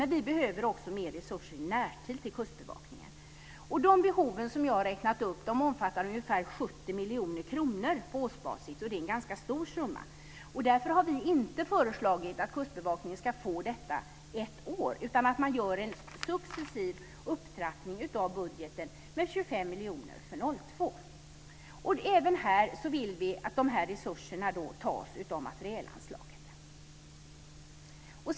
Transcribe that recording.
Men Kustbevakningen behöver också mer resurser i närtid. De behov som jag har räknat upp omfattar ungefär 70 miljoner kronor på årsbasis, och det är en ganska stor summa. Därför har vi inte föreslagit att Kustbevakningen ska få detta ett år, utan att man gör en successiv upptrappning av budgeten med 25 miljoner för 2002. Även här vill vi att resurserna tas av materielanslaget.